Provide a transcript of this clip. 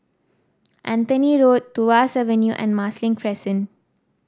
Anthony Road Tuas Avenue and Marsiling Crescent